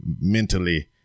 mentally